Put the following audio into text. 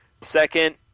Second